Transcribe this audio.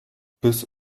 biss